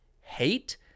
hate